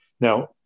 Now